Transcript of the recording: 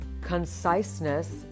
conciseness